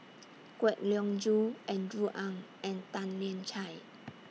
Kwek Leng Joo Andrew Ang and Tan Lian Chye